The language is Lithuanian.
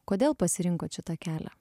kodėl pasirinkot šitą kelią